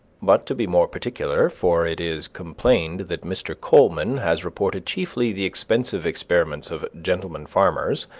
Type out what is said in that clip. but to be more particular, for it is complained that mr. coleman has reported chiefly the expensive experiments of gentlemen farmers,